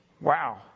Wow